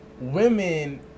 women